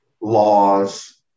laws